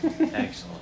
Excellent